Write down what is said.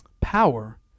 power